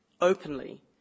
openly